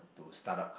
to start up